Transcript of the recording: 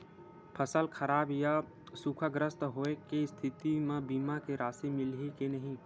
फसल खराब या सूखाग्रस्त होय के स्थिति म बीमा के राशि मिलही के नही?